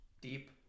Deep